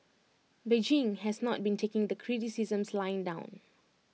Beijing has not been taking the criticisms lying down